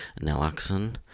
Naloxone